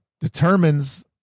determines